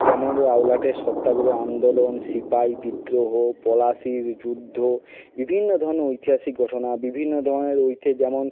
যেমন রাওলাটের সত্যাগ্রহ আন্দোলন সিপাহি বিদ্রোহ পলাশীর যুদ্ধ বিভিন্ন ধরনের ঐতিহাসিক ঘটনা বিভিন্ন ধরনের ঐতিহাসিক যেমন